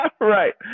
Right